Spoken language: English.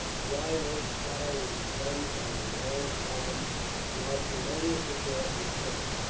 clive opened fire with his guns on the long column marching, almost across his front,